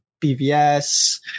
BVS